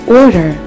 order